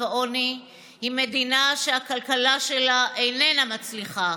העוני היא מדינה שהכלכלה שלה איננה מצליחה,